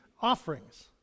offerings